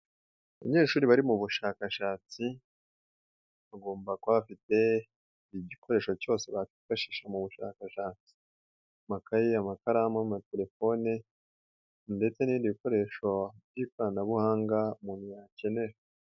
Abanyeshuri bari mu bushakashatsi bagomba kuba bafite igikoresho cyose bakwifashisha mu bushakashatsi, amakayi, amakaramu, amatelefone ndetse n'ibindi bikoresho by'ikoranabuhanga umuntu yakenera.